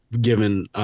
given